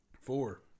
Four